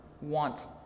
want